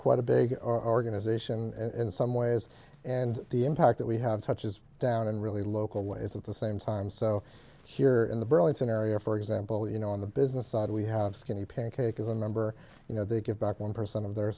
quite a big organization in some ways and the impact that we have touches down in really local is at the same time so here in the burlington area for example you know on the business side we have skinny pancake as a number you know they give back one percent of their